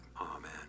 amen